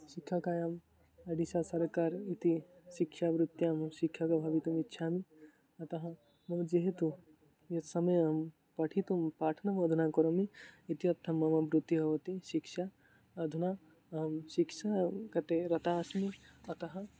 शिक्षायां अडिश सर्कार् इति शिक्षवृत्यां शिक्षकः भवितुम् इच्छामि अतः मम जेहेतु यत् समयं पठितुं पाठनमधुना कुरोमि इर्त्यर्थं मम वृत्तिः भवति शिक्षा अधुना अहं शिक्षा कटे रतः अस्मि अतः